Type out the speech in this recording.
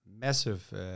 massive